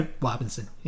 Robinson